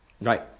Right